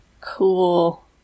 Cool